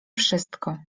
wszystko